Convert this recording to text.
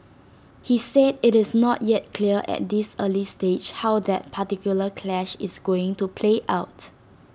he said IT is not yet clear at this early stage how that particular clash is going to play out